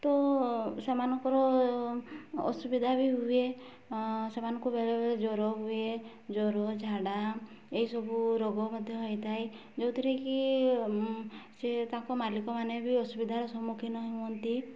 ତ ସେମାନଙ୍କର ଅସୁବିଧା ବି ହୁଏ ସେମାନଙ୍କୁ ବେଳେବେଳେ ଜର ହୁଏ ଜର ଝାଡ଼ା ଏଇସବୁ ରୋଗ ମଧ୍ୟ ହେଇଥାଏ ଯେଉଁଥିରେ କି ତାଙ୍କ ମାଲିକମାନେ ବି ଅସୁବିଧାର ସମ୍ମୁଖୀନ ହୁଅନ୍ତି